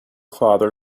father